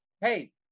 hey